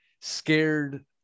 scared